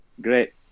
great